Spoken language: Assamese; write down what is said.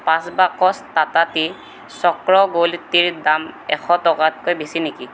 পাঁচ box Tata tea Chakra gold টিৰ দাম এশ টকাতকৈ বেছি নেকি